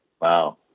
Wow